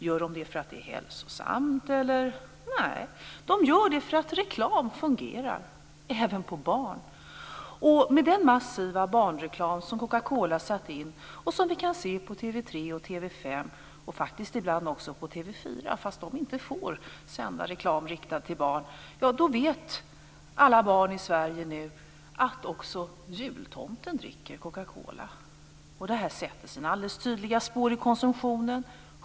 Gör de det för att det är hälsosamt? Nej, de gör det därför att reklam fungerar även på barn. Med den massiva barnreklam som Coca-Cola satt in och som vi kan se på TV 3 och TV 5 och faktiskt ibland också på TV 4, fast de inte får sända reklam riktad till barn, vet alla barn i Sverige nu att också jultomten dricker cocacola. Det här sätter sina alldeles tydliga spår i konsumtionen.